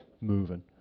moving